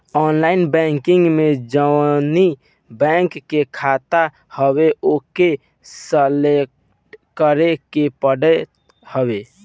online banking में जवनी bank के खाता हवे ओके सलेक्ट करे के पड़त हवे